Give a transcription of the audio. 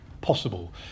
possible